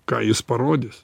ką jis parodys